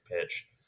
pitch